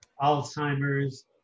Alzheimer's